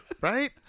Right